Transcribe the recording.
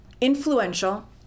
influential